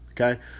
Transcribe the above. okay